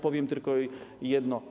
Powiem tylko jedno.